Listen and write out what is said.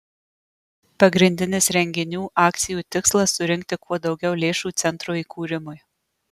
pagrindinis renginių akcijų tikslas surinkti kuo daugiau lėšų centro įkūrimui